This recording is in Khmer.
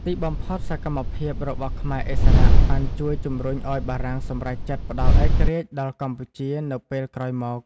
ទីបំផុត សកម្មភាពរបស់ខ្មែរឥស្សរៈបានជួយជំរុញឱ្យបារាំងសម្រេចចិត្តផ្តល់ឯករាជ្យដល់កម្ពុជានៅពេលក្រោយមក។